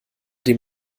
dem